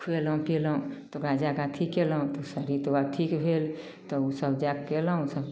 खुएलहुँ पियेलहुँ तऽ ओकरा जा कऽ अथी कयलहुँ तऽ सभीके बाद ठीक भेल तऽ उसब जाके कयलहुँ